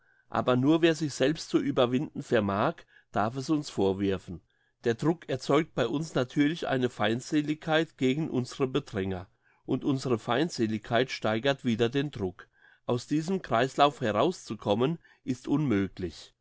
aber nur wer sich selbst zu überwinden vermag darf es uns vorwerfen der druck erzeugt bei uns natürlich eine feindseligkeit gegen unsere bedränger und unsere feindseligkeit steigert wieder den druck aus diesem kreislauf herauszukommen ist unmöglich